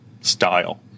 style